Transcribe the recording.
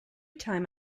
time